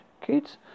Kids